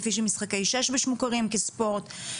כפי שמשחקי שש-בש מוכרים כספורט.